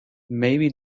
maybe